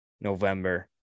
November